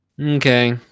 Okay